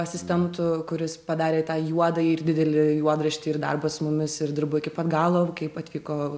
asistentu kuris padarė tą juodą ir didelį juodraštį ir darbą su mumis ir dirbo iki pat galo kaip atvyko